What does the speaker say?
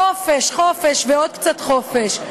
חופש, חופש ועוד קצת חופש.